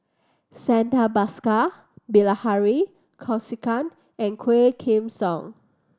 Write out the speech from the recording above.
Santha Bhaskar Bilahari Kausikan and Quah Kim Song